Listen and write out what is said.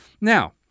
Now